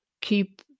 keep